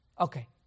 Okay